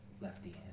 lefty